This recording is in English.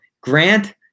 Grant